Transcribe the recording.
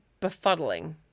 befuddling